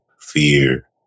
fear